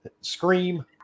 scream